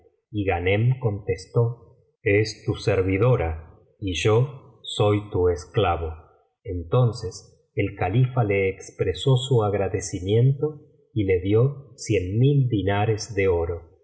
y ghanem contestó es tu servidora y yo soy tu esclavo entonces el califa le expresó su agradecimiento y le dio cien mil dinaros de oro